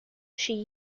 she